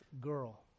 girl